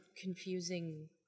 confusing